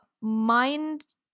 mind